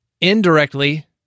Indirectly